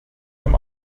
him